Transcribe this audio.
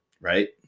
Right